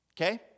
Okay